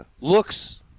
looks